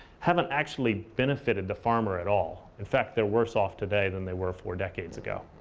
haven't actually benefited the farmer at all. in fact, they're worse off today than they were four decades ago.